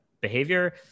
behavior